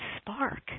spark